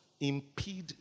impede